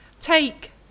take